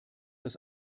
das